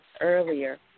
earlier